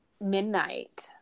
midnight